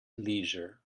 leisure